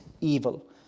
evil